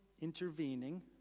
intervening